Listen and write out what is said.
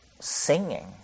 singing